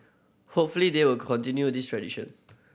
hopefully they will continue this tradition